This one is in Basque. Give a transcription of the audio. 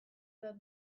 bat